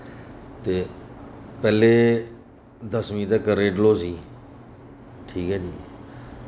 ते पैह्ले दसमीं तक रेह् डलहौजी ठीक ऐ जी